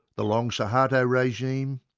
the long suharto regime,